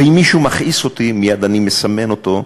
ואם מישהו מכעיס אותי, מייד אני מסמן אותו.